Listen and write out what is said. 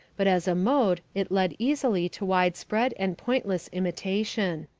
but as a mode it led easily to widespread and pointless imitation.